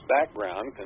background